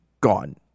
gone